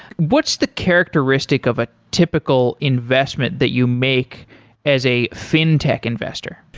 what's the characteristic of a typical investment that you make as a fintech investor?